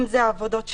אם זה עבודות שירות,